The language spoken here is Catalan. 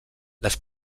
les